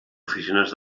oficines